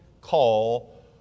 call